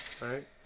Right